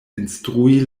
instrui